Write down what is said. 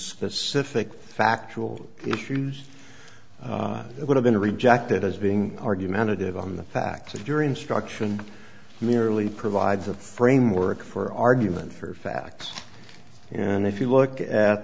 specific factual issues it would have been rejected as being argumentative on the facts of jury instruction merely provides a framework for argument for facts and if you look at